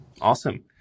Awesome